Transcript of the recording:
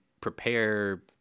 prepare